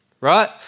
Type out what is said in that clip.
right